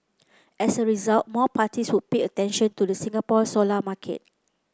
as a result more parties would pay attention to the Singapore solar market